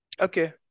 okay